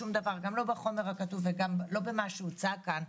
גם לא בחומר הכתוב וגם לא במה שהוצע כאן,